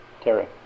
Terry